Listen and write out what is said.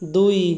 ଦୁଇ